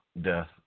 death